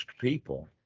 people